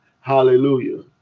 hallelujah